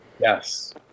yes